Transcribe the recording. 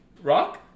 Rock